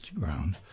ground